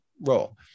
role